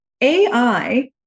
AI